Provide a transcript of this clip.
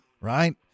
right